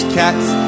cats